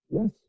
Yes